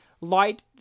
light